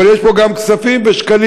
אבל יש פה גם כספים ושקלים.